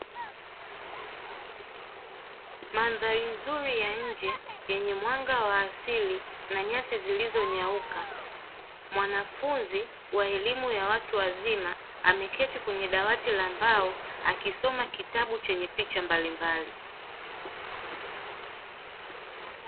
Mandhari nzuri ya nje yenye mwanga wa asili na nyasi zilizonyauka mwanafunzi wa elimu ya watu wazima akiwa ameketi kwenye dawati la mbao akisoma kitabu chenye picha mbalimbali.